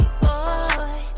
boy